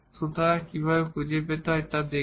সুতরাং কিভাবে সমাধান খুঁজে পেতে হয় তা দেখব